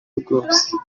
bwose